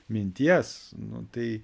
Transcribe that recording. minties nu tai